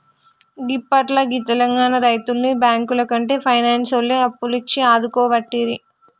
గిప్పట్ల గీ తెలంగాణ రైతుల్ని బాంకులకంటే పైనాన్సోల్లే అప్పులిచ్చి ఆదుకోవట్టిరి